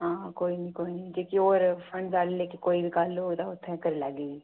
हां कोई निं कोई निं जेह्की होर फंडज आह्ली च कोई गल्ल होए तां उत्थै करी लैह्गी